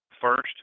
first